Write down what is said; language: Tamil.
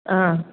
ஆ